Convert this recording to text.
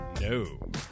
No